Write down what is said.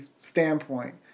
standpoint